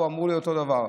ואמרו לי אותו הדבר.